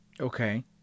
Okay